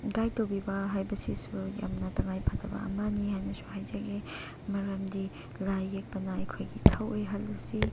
guide ꯇꯧꯕꯤꯕ ꯍꯥꯏꯕꯁꯤꯁꯨ ꯌꯥꯝꯅ ꯇꯉꯥꯏ ꯐꯗꯕ ꯑꯃꯅꯤ ꯍꯥꯏꯅꯁꯨ ꯍꯥꯏꯖꯒꯦ ꯃꯔꯝꯗꯤ ꯂꯥꯏ ꯌꯦꯛꯄꯅ ꯑꯩꯈꯣꯏꯒꯤ ꯏꯊꯧ ꯑꯣꯏꯍꯜꯂꯁꯤ